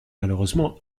malheureusement